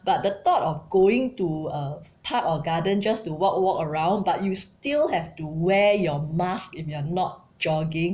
but the thought of going to a park or garden just to walk walk around but you still have to wear your mask if you are not jogging